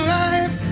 life